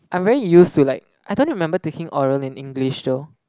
I'm very use to like I don't remember taking oral in English though